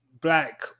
black